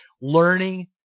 learning